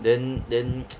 then then